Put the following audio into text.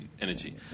Energy